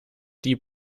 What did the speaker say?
die